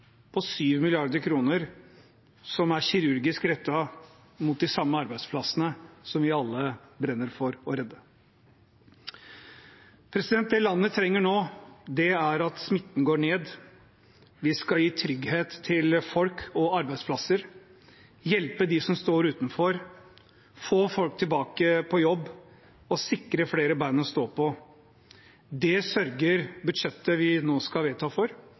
på 7 mrd. kr som er kirurgisk rettet mot de samme arbeidsplassene som vi alle brenner for å redde. Det landet trenger nå, er at smitten går ned. Vi skal gi trygghet til folk og arbeidsplasser, hjelpe dem som står utenfor, få folk tilbake på jobb og sikre flere ben å stå på. Det sørger budsjettet vi nå skal vedta, for.